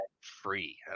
free